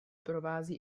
provází